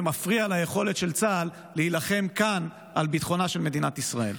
מפריע ליכולת של צה"ל להילחם כאן על ביטחונה של מדינת ישראל.